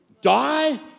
die